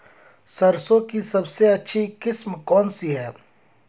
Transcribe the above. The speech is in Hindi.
सरसों की सबसे अच्छी किस्म कौन सी है?